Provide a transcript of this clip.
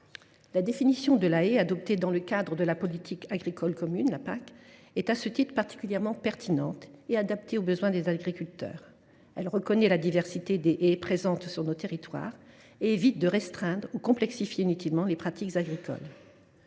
la définition de la haie adoptée dans le cadre de la politique agricole commune (PAC) est particulièrement pertinente, car adaptée aux besoins des agriculteurs. Elle reconnaît la diversité des haies présentes sur notre territoire et évite de restreindre ou de complexifier inutilement les pratiques agricoles.